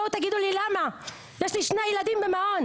בואו תגידו לי למה, ויש לי שני ילדים במעון.